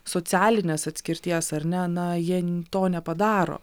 socialinės atskirties ar ne na jie to nepadaro